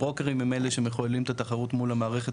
הברוקרים הם אלה שמחוללים את התחרות מול המערכת